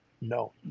No